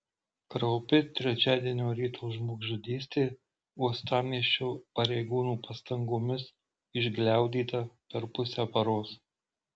kraupi trečiadienio ryto žmogžudystė uostamiesčio pareigūnų pastangomis išgliaudyta per pusę paros